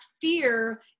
fear